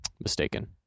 mistaken